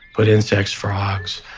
put insects, frogs,